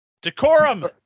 Decorum